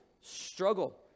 struggle